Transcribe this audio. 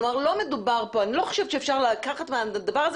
כלומר לא מדובר פה אני לא חושבת שאפשר לקחת מהדבר הזה